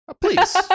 please